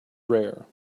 rare